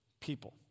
people